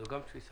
זאת גם תפיסה.